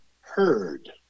heard